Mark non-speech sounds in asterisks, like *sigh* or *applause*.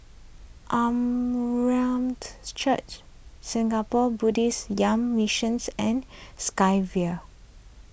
*unintelligible* Church Singapore Buddhist Young Missions and Sky Vue